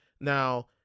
Now